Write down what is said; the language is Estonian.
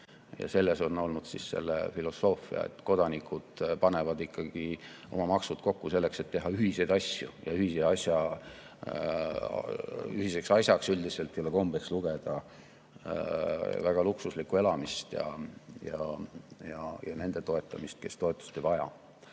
on olnud see, et kodanikud panevad ikkagi oma maksud kokku selleks, et teha ühiseid asju, ja ühiseks asjaks üldiselt ei ole kombeks lugeda väga luksuslikku elamist ja nende toetamist, kes toetust ei vaja.